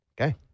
Okay